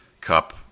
Cup